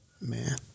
man